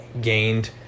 gained